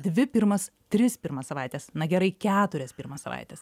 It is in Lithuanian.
dvi pirmas tris pirmas savaites na gerai keturias pirmas savaites